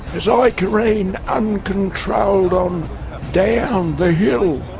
as i coreen uncontrolled on down the hill,